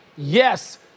Yes